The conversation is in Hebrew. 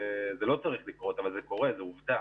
זה לא צריך לקרות אבל זה קורה וזאת עובדה.